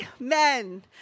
amen